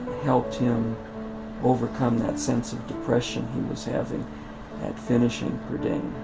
helped him overcome that sense of depression he was having at finishing prydain.